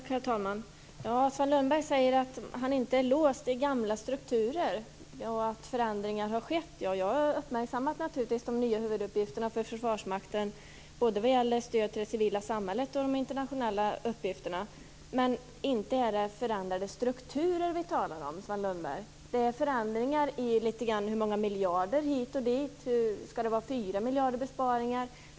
Herr talman! Sven Lundberg säger att han inte är låst vid gamla strukturer och att förändringar har skett. Jag har naturligtvis uppmärksammat de nya huvuduppgifterna för Försvarsmakten, både vad gäller stöd till det civila samhället och vad gäller de internationella uppgifterna. Men inte är det förändrade strukturer vi talar om, Sven Lundberg. Det är litet förändringar i antalet miljarder hit och dit. Skall det vara 4 miljarder i besparingar?